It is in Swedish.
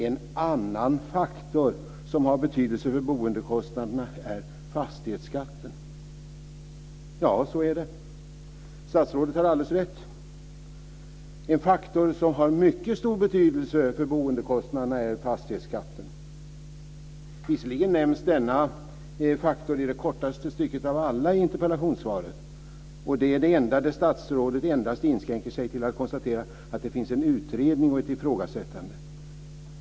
"En annan faktor som har betydelse för boendekostnaderna är fastighetsskatten." Ja, så är det. Statsrådet har alldeles rätt. En faktor som har mycket stor betydelse för boendekostnaderna är fastighetsskatten. Visserligen nämns denna faktor i det kortaste stycket av alla i interpellationssvaret. Det är det stycke där statsrådet inskränker sig till att konstatera att det hela har ifrågasatts och att en utredning har tillsatts.